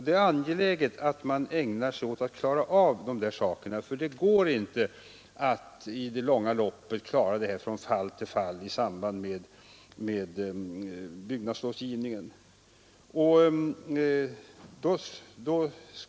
Det är angeläget att man ägnar sig åt att klara av dessa saker, för det går i det långa loppet inte att ta ställning från fall till fall i samband med byggnadslovgivningen.